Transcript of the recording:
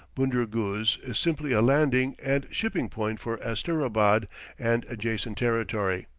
bunder guz is simply a landing and shipping point for asterabad and adjacent territory.